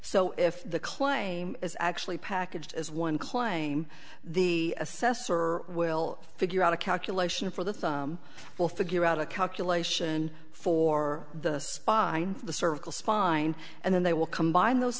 so if the claim is actually packaged as one claim the assessor will figure out a calculation for the will figure out a calculation for the spine for the cervical spine and then they will combine those